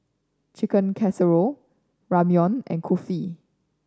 Chicken Casserole Ramyeon and Kulfi